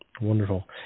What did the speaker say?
Wonderful